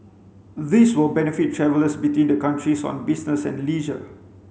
this will benefit travellers between the countries on business and leisure